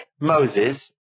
Moses